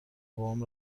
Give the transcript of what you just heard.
بابام